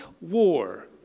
war